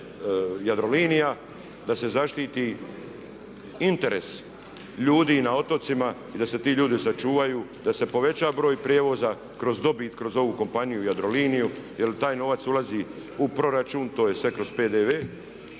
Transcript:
da se zaštiti interes ljudi na otocima i da se ti ljudi sačuvaju, da se poveća broj prijevoza kroz dobit kroz ovu kompaniju Jadroliniju jer taj novac ulazi u proračun, to je sve kroz PDV.